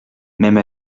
même